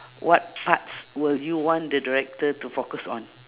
what parts will you want the director to focus on